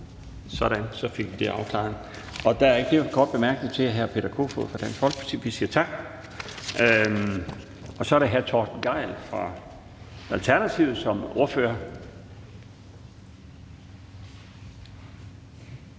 Sådan, så fik vi det afklaret. Der er ikke flere korte bemærkninger til hr. Peter Kofod fra Dansk Folkeparti. Vi siger tak. Så er det hr. Torsten Gejl fra Alternativet som ordfører.